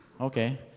okay